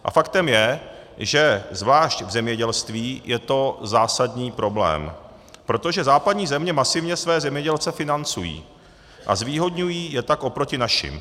A faktem je, že zvlášť v zemědělství je to zásadní problém, protože západní země masivně své zemědělce financují a zvýhodňují je tak oproti našim.